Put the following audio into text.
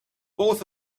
both